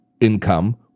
income